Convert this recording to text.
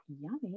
Yummy